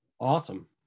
awesome